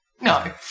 No